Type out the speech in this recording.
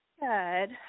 Good